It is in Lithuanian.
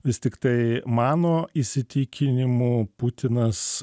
vis tiktai mano įsitikinimu putinas